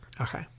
Okay